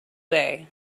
day